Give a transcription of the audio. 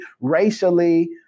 racially